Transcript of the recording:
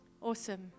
Awesome